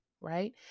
right